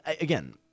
again